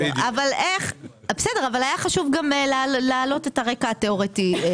היה חשוב להעלות את הרקע התאורטי.